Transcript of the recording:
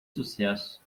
sucesso